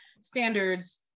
standards